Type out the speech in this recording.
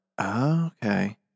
Okay